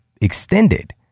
extended